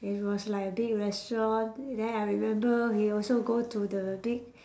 it was like a big restaurant then I remember we also go to the big